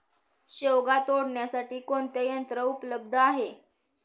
शेवगा तोडण्यासाठी कोणते यंत्र उपलब्ध आहे?